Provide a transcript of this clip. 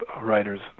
writers